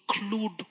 include